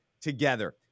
together